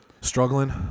struggling